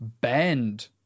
bend